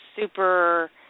super